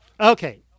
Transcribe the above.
Okay